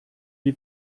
die